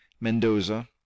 Mendoza